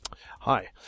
Hi